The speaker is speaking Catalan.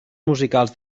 musicals